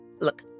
Look